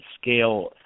scale